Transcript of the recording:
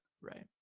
Right